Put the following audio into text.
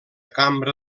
cambra